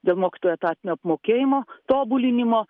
dėl mokytojų etatinio apmokėjimo tobulinimo